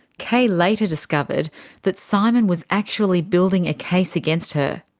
kay later discovered that simon was actually building a case against her.